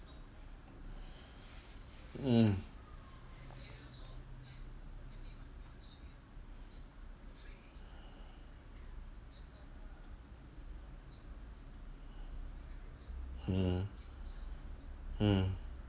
mm mm mm